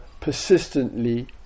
persistently